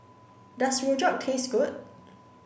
does Rojak taste good